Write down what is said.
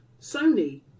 Sony